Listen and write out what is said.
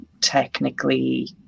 technically